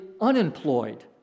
unemployed